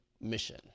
mission